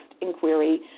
inquiry